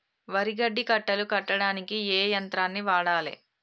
వరి గడ్డి కట్టలు కట్టడానికి ఏ యంత్రాన్ని వాడాలే?